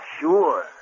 sure